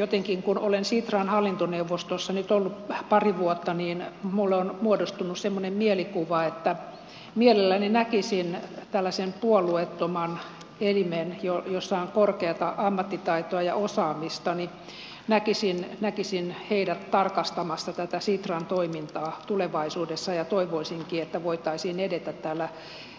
jotenkin kun olen sitran hallintoneuvostossa nyt ollut pari vuotta minulle on muodostunut semmoinen mielikuva että mielelläni näkisin tällaisen puolueettoman elimen jossa on korkeata ammattitaitoa ja osaamista tarkastamassa tätä sitran toimintaa tulevaisuudessa ja toivoisinkin että voitaisiin edetä täällä